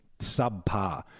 subpar